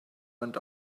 went